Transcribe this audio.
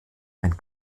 ein